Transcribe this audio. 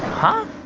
huh?